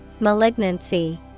Malignancy